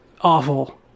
awful